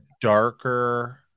darker